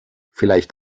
vielleicht